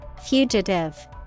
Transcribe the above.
Fugitive